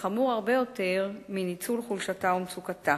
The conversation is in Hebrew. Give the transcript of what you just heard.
וחמור הרבה יותר, מניצול חולשתה ומצוקתה.